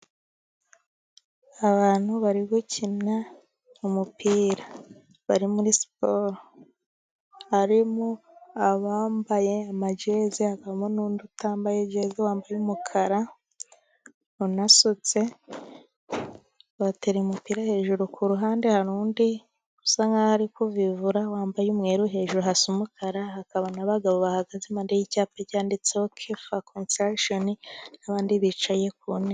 Abantu bari gukina umupira, bari muri siporo, harimo abambaye amajeze, hakabamo n'undi utambaye jeze wambaye umukara, unasutse. Batereye umupira hejuru, ku ruhande hari undi usa nkaho ari kuvivura, wambaye umweru hejuru, hasi umukara. Hakaba n'abagabo bahagaze imbere y'icyapa cyanditseho Kifa konsutaragisheni n'abandi bicaye ku ntebe.